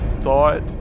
thought